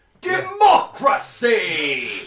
DEMOCRACY